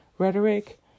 rhetoric